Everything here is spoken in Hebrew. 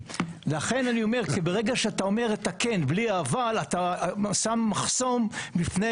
לכן אני אומר כי ברגע שאתה אומר את הכן בלי האבל אתה שם מחסום בפני